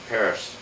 Paris